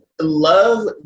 Love